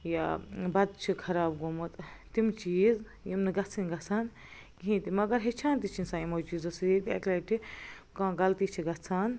یا بتہٕ چھُ خراب گوٚمُت تِم چیٖز یِم نہٕ گَژھںٕۍ گژھہِ ہان کِہیٖںۍ تہِ مگر ہیٚچھان تہِ چھِ اِنسان یِمو چیٖزو سۭتۍ ییٚلہِ اَکہِ لَٹہِ کانٛہہ غلطی چھِ گَژھان